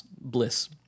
bliss